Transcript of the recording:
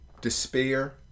Despair